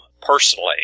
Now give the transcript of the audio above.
personally